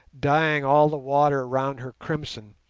dyeing all the water round her crimson,